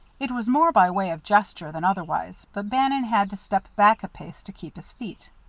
it was more by way of gesture than otherwise, but bannon had to step back a pace to keep his feet.